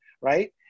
right